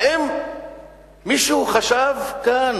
האם מישהו כאן